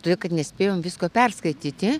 todėl kad nespėjom visko perskaityti